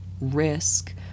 risk